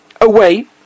away